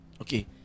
Okay